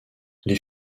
les